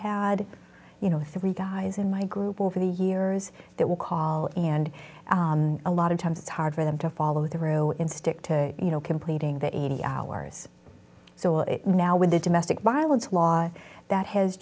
had you know three guys in my group over the years that will call and a lot of times it's hard for them to follow the row in stick to you know completing that eighty hours so it now with the domestic violence law that has